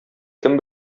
кем